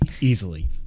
easily